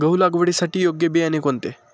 गहू लागवडीसाठी योग्य बियाणे कोणते?